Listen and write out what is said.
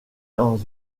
dans